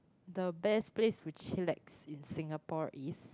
the best place to chillax in Singapore is